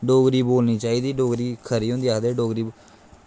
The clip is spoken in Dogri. डोगरी बोलनी चाहिदी डोगरी खरी होंदी आखदे डोगरी